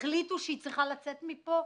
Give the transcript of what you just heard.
החליטו שהיא צריכה לצאת מפה,